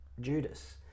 Judas